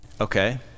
Okay